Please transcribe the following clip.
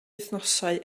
wythnosau